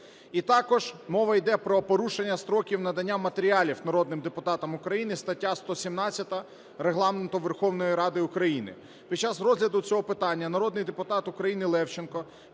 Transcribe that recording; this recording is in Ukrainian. і також мова йде про порушення строків надання матеріалів народним депутатам України (стаття 117 Регламенту Верховної Ради України). Під час розгляду цього питання народний депутат України Левченко